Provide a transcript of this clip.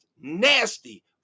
nasty